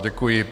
Děkuji.